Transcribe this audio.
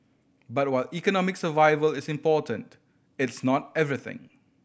but while economic survival is important it's not everything